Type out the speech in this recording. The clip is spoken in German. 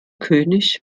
könig